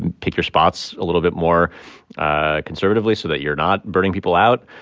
and pick your spots a little bit more ah conservatively so that you're not burning people out?